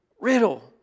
riddle